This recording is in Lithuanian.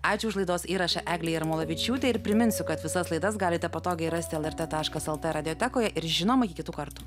ačiū už laidos įrašą eglei jarmolavičiūtei ir priminsiu kad visas laidas galite patogiai rasti lrt taškas lt radiotekoj ir žinoma iki kitų kartų